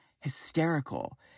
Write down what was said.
hysterical